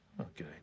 Okay